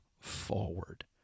forward